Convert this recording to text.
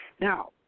Now